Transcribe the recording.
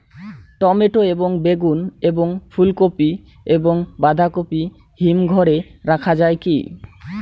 Tomato এবং বেগুন এবং ফুলকপি এবং বাঁধাকপি হিমঘরে রাখা যায় কি?